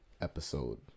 episode